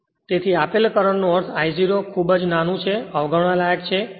તેથી આપેલ કરંટ નો અર્થ I0 તેથી તે ખૂબ જ નાનું અવગણવા લાયક છે